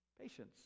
patience